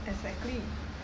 exactly